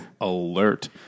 alert